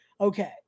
okay